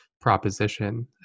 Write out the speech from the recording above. proposition